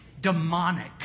demonic